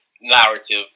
narrative